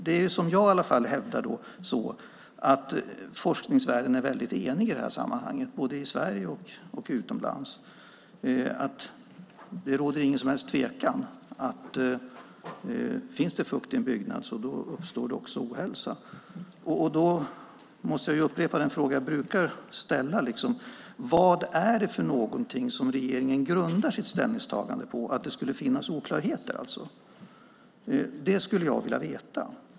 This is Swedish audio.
Det som jag i alla fall hävdar är att forskningsvärlden är väldigt enig i detta sammanhang, både i Sverige och utomlands, om att det inte råder någon som helst tvekan om att finns det fukt i en byggnad så uppstår också ohälsa. Då måste jag upprepa den fråga jag brukar ställa: Vad är det som regeringen grundar sitt ställningstagande att det skulle finnas oklarheter på? Det skulle jag vilja veta.